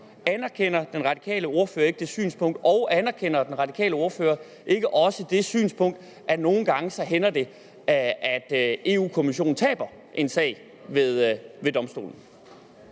Anerkender den radikale ordfører ikke det synspunkt, og anerkender den radikale ordfører ikke også det synspunkt, at nogle gange hænder det, at Europa-Kommissionen taber en sag ved Domstolen?